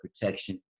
protection